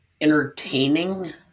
entertaining